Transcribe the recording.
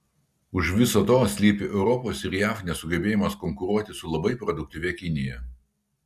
už viso to slypi europos ir jav nesugebėjimas konkuruoti su labai produktyvia kinija